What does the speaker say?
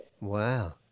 Wow